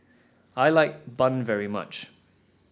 I like bun very much